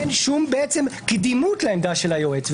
אין בעצם שום קדימות לעמדה של היועץ.